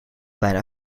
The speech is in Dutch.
bijna